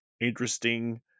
interesting